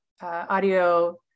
audio